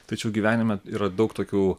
tačiau gyvenime yra daug tokių